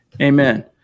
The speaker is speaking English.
Amen